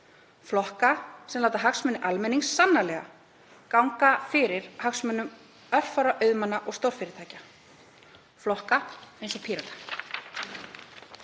flokka sem láta hagsmuni almennings sannarlega ganga fyrir hagsmunum örfárra auðmanna og stórfyrirtækja, flokka eins og Pírata.